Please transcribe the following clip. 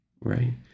Right